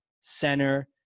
center